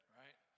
right